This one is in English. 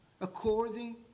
according